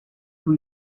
who